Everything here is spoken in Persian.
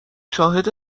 شاهد